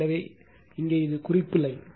எனவே இங்கே இது குறிப்பு லைன்